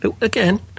Again